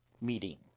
meeting